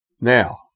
Now